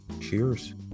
cheers